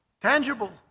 Tangible